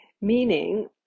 Meaning